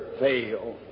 fail